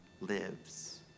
lives